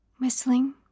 Whistling